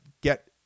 get